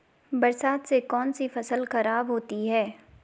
बरसात से कौन सी फसल खराब होती है?